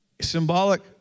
Symbolic